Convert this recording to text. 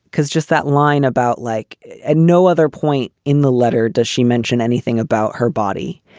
because just that line about like and no other point in the letter does she mention anything about her body.